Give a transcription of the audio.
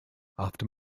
after